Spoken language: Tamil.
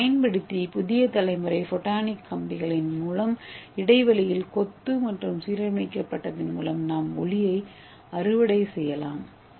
இதைப் பயன்படுத்தி புதிய தலைமுறை ஃபோட்டானிக் கம்பிகளின் இடைவெளியில் கொத்து மற்றும் சீரமைக்கப்பட்டதன் மூலம் நாம் ஒளியை அறுவடை செய்யலாம்